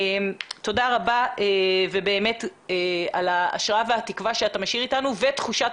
תודה רבה על ההשראה והתקווה שאתה משאיר אתנו ותחושת